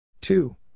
two